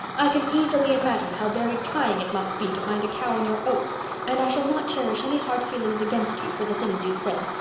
i can easily imagine how very trying it must be to find a cow in your oats and i shall not cherish any hard feelings against you for the things you've said.